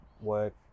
work